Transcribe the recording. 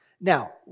Now